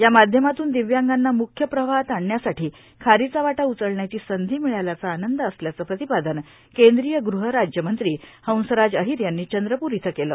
यामाध्यमातून दिव्यांगांना म्ख्य प्रवाहात आणण्यासाठी खारीचा वाटा उचलण्याची संधी मिळाल्याचा आनंद असल्याचं प्रतिपादन केंद्रीय गुहराज्यमंत्री हंसराज अहिर यांनी चंद्रपुर इथं केले